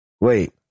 Wait